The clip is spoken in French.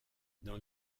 dans